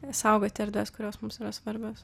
saugoti erdves kurios mums yra svarbios